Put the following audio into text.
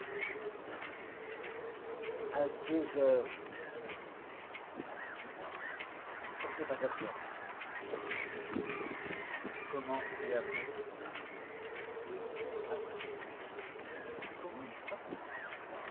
mais non à deux heures je vous dis à deux heures quand ce n'est pas à trois et après comment et après oui après son service est au courant n'est-ce pas